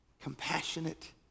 compassionate